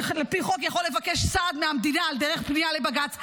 שעל פי חוק יכול לבקש סעד מהמדינה על דרך פנייה לבג"ץ.